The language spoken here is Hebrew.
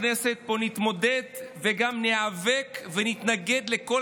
בכנסת פה נתמודד וגם ניאבק ונתנגד לכל